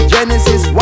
Genesis